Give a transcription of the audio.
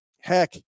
heck